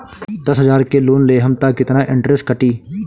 दस हजार के लोन लेहम त कितना इनट्रेस कटी?